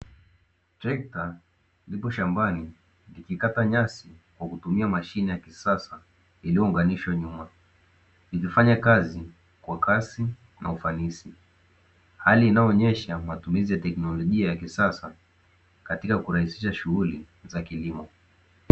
Trekta lipo shambani likikata nyasi kwa kutumia mashine ya kisasa, iliyounganishwa nyuma. Ikifanya kazi kwa kasi na ufanisi, hali inayoonyesha matumizi ya teknolojia ya kisasa katika kurahisisha shughuli za kilimo.